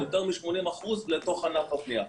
יותר מ-80% לתוך ענף הבנייה.